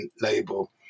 label